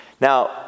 now